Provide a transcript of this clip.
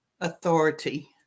authority